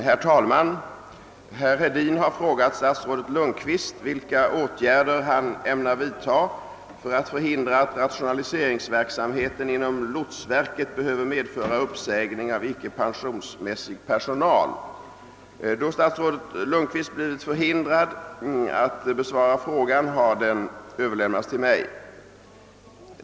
Herr talman! Herr Hedin har frågat statsrådet Lundkvist vilka åtgärder han ämnar vidta för att förhindra att rationaliseringsverksamheten inom lotsverket behöver medföra uppsägning av icke pensionsmässig personal. Då statsrådet Lundkvist blivit förhindrad att besvara frågan har den överlämnats till mig.